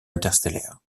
interstellaire